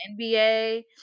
NBA